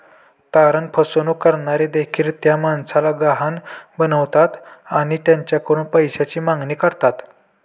तारण फसवणूक करणारे देखील त्या माणसाला गहाण बनवतात आणि त्याच्याकडून पैशाची मागणी करतात